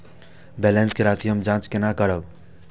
Balance के राशि हम जाँच केना करब?